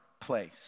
place